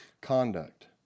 conduct